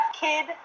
kid